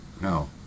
No